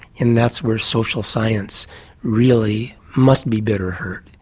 and that's where social science really must be better heard.